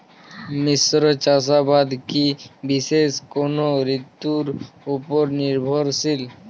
মিশ্র চাষাবাদ কি বিশেষ কোনো ঋতুর ওপর নির্ভরশীল?